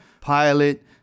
pilot